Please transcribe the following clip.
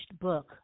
book